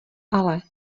ale